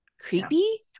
creepy